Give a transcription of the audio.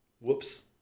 Whoops